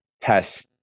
test